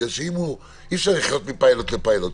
כי אי אפשר לחיות מפיילוט לפיילוט.